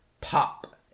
pop